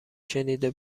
شنیده